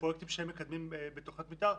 בפרויקטים שהם מקדמים בתוכנית מתאר.